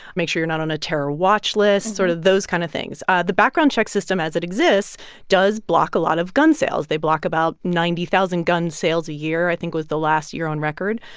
make sure you're not on a terror watchlist sort of those kind of things ah the background check system as it exists does block a lot of gun sales. they block about ninety thousand gun sales a year i think was the last year on record.